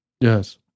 Yes